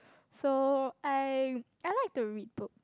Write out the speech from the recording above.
so I I like to read book